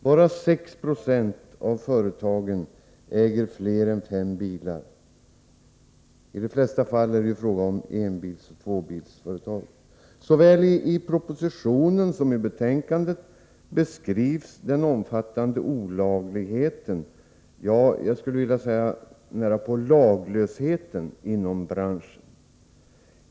Bara 6 76 av företagen äger fler än fem bilar. I de flesta fall är det fråga om enbilsoch fåbilsföretag. Såväl i propositionen som i betänkandet beskrivs den omfattande olagligheten — ja, jag skulle nära på vilja säga laglösheten —inom branschen.